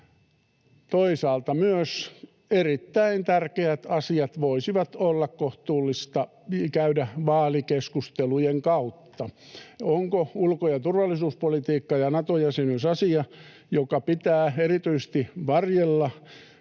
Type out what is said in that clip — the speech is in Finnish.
toisaalta erittäin tärkeät asiat voisi olla kohtuullista käydä myös vaalikeskustelujen kautta. Se, ovatko ulko- ja turvallisuuspolitiikka ja Nato-jäsenyys asioita, joita pitää erityisesti varjella